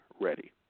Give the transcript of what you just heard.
ready